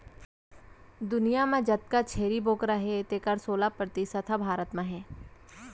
दुनियां म जतका छेरी बोकरा हें तेकर सोला परतिसत ह भारत म हे